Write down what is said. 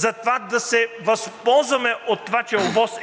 на въздействието върху околната среда е